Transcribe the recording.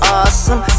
awesome